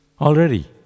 already